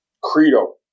credo